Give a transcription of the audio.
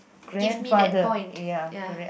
give me that point ya